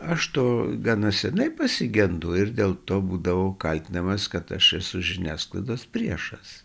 aš to gana seniai pasigendu ir dėl to būdavau kaltinamas kad aš esu žiniasklaidos priešas